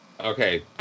Okay